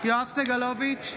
יואב סגלוביץ'